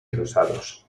rosados